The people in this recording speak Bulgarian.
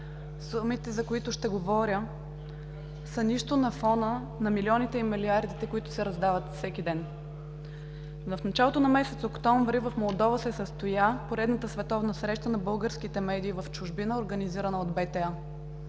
Сумите, за които ще говоря, са нищо на фона на милионите и милиардите, които се раздават всеки ден. В началото на месец октомври в Молдова се състоя поредната световна среща на българските медии в чужбина, организирана от БТА.